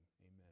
Amen